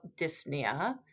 dyspnea